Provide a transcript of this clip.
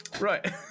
right